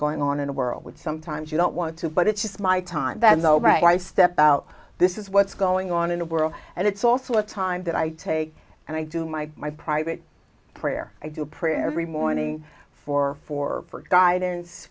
going on in the world which sometimes you don't want to but it's just my time that i step out this is what's going on in the world and it's also a time that i take and i do my my private prayer i do pray every morning for for for guidance